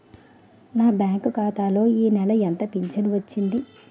నా బ్యాంక్ ఖాతా లో ఈ నెల ఎంత ఫించను వచ్చింది?